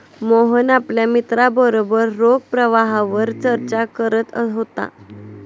मोहन आपल्या मित्रांबरोबर रोख प्रवाहावर चर्चा करत होता